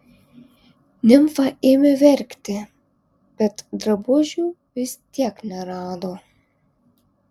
nimfa ėmė verkti bet drabužių vis tiek nerado